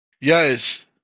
Yes